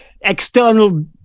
external